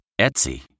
Etsy